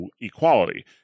equality